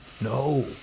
no